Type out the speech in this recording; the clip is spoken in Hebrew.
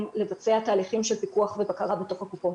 לבצע תהליכים של פיקוח ובקרה בתוך הקופות.